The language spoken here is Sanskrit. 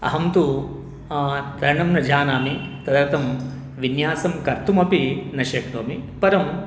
अहं तु तरणं न जानामि तदर्थं विन्यासं कर्तुम् अपि न शक्नोमि परं